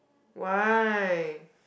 why